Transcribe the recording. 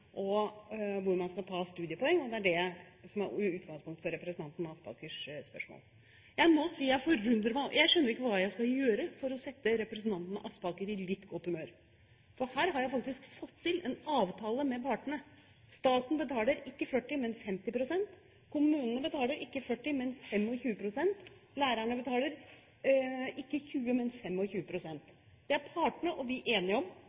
hvor man skal ta studiepoeng, og det er det som er utgangspunktet for representanten Aspakers spørsmål. Jeg skjønner ikke hva jeg skal gjøre for å sette representanten Aspaker i litt godt humør, for her har jeg faktisk fått til en avtale med partene. Staten betaler ikke 40 pst., men 50 pst., kommunene betaler ikke 40 pst., men 25 pst., lærerne betaler ikke 20 pst., men 25 pst. Det er partene og vi enige om.